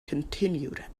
continued